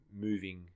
moving